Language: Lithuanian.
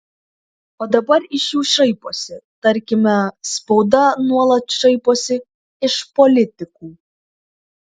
o dabar iš jų šaiposi tarkime spauda nuolat šaiposi iš politikų